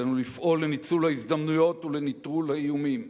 עלינו לפעול לניצול ההזדמנויות ולנטרול האיומים,